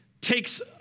takes